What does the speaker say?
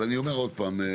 אבל אני אומר עוד פעם,